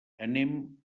anem